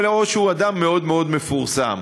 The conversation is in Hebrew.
או שהוא אדם מאוד מאוד מפורסם.